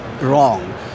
wrong